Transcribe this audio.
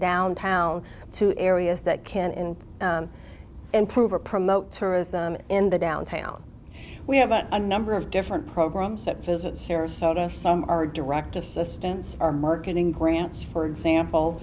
downtown to areas that can and improve or promote tourism in the downtown we have a number of different programs that visit sarasota some are direct assistance or marketing grants for example